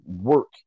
work